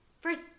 first